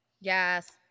Yes